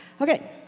Okay